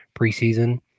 preseason